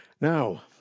Now